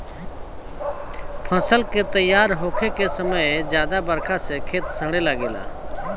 फसल के तइयार होखे के समय ज्यादा बरखा से खेत सड़े लागेला